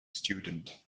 student